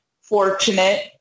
fortunate